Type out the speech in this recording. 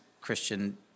Christian